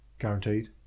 Guaranteed